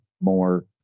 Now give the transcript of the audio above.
more